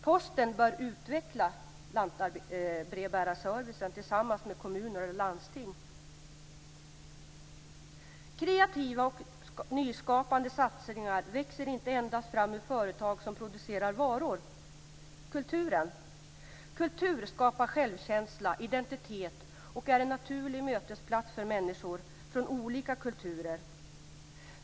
· Posten bör utveckla lantbrevbärarservicen tillsammans med kommuner och landsting. Kreativa och nyskapande satsningar växer inte endast fram ur företag som producerar varor. Kultur skapar självkänsla och identitet och är en naturlig mötesplats för människor från olika kulturer.